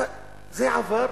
אבל זה עבר,